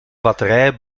batterijen